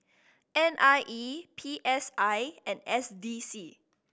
N I E P S I and S D C